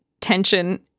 tension